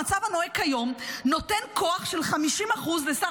המצב הנוהג כיום נותן כוח של 50% לשר